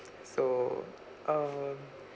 so um